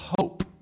hope